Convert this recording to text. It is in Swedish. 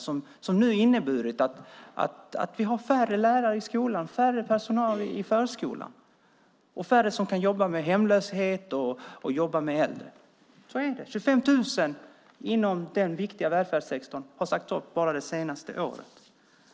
Detta har inneburit att vi nu har färre lärare i skolan, färre personal i förskolan och färre som kan jobba med hemlöshet och äldre. Så är det - 25 000 inom den viktiga välfärdssektorn har sagts upp bara det senaste året.